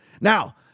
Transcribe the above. Now